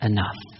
Enough